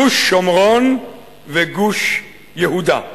גוש שומרון וגוש יהודה.